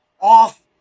off